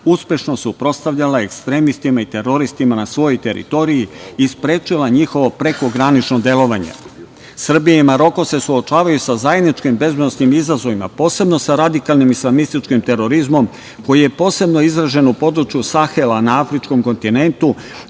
uspešno suprotstavljala ekstremistima i teroristima na svojoj teritoriji i sprečila njihovo prekogranično delovanje. Srbija i Maroko se suočavaju sa zajedničkim bezbednosnim izazovima, posebno sa radikalnim islamističkim terorizmom, koji je posebno izražen u području Sahela na afričkom kontinentu,